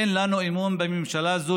אין לנו אמון בממשלה זו,